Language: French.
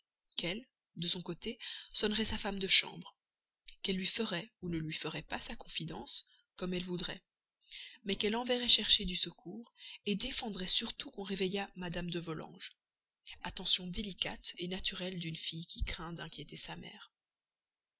qu'elle de son côté sonnerait sa femme de chambre dès que je serais sorti qu'elle lui ferait ou ne lui ferait pas sa confidence comme elle voudrait mais qu'elle enverrait chercher du secours défendrait surtout qu'on réveillât mme de volanges attention délicate naturelle d'une fille qui craint d'inquiéter sa mère